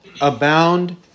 abound